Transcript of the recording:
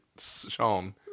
Sean